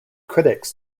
critics